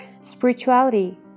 spirituality